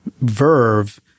verve